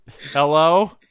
Hello